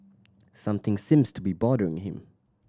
something seems to be bothering him